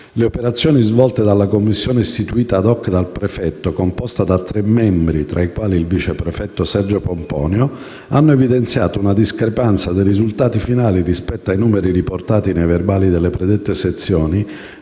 Le operazioni svolte dalla commissione istituita *ad hoc* dal prefetto, composta da tre membri tra i quali il vice prefetto Sergio Pomponio, hanno evidenziato una discrepanza dei risultati finali rispetto ai numeri riportati nei verbali delle predette sezioni,